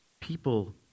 people